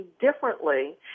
differently